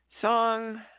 song